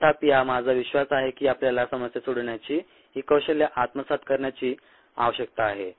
तथापि माझा विश्वास आहे की आपल्याला समस्या सोडवण्याची ही कौशल्ये आत्मसात करण्याची आवश्यकता आहे